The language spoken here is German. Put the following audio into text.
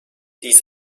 dies